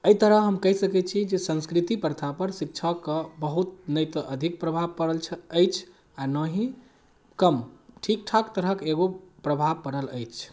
अइ तरह हम कहि सकै छी जे संस्कृति प्रथापर शिक्षाके बहुत नहि तऽ अधिक प्रभाव पड़ल अछि आओर ना ही कम ठीकठाक तरहक एगो प्रभाव पड़ल अछि